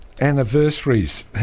anniversaries